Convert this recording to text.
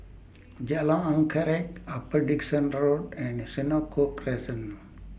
Jalan Anggerek Upper Dickson Road and The Senoko Crescent